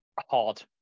hard